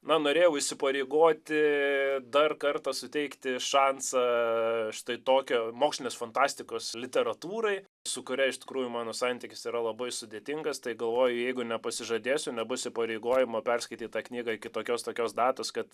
na norėjau įsipareigoti dar kartą suteikti šansą štai tokio mokslinės fantastikos literatūrai su kuria iš tikrųjų mano santykis yra labai sudėtingas tai galvoju jeigu nepasižadėsiu nebus įpareigojimo perskaityt tą knygą iki tokios tokios datos kad